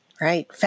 Right